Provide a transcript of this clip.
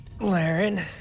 Laren